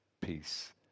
peace